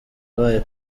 abaye